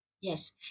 Yes